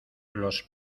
los